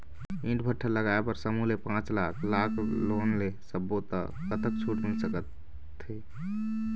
ईंट भट्ठा लगाए बर समूह ले पांच लाख लाख़ लोन ले सब्बो ता कतक छूट मिल सका थे?